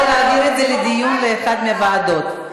או להעביר את זה לדיון לאחת מהוועדות.